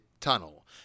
tunnel